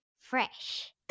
fresh